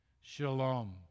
Shalom